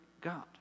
God